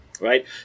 Right